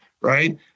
right